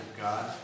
God